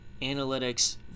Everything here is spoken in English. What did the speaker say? analytics